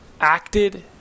acted